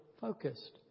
focused